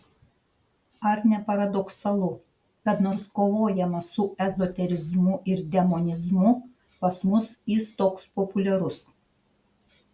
ar ne paradoksalu kad nors kovojama su ezoterizmu ir demonizmu pas mus jis toks populiarus